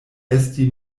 esti